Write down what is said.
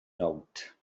note